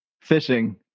fishing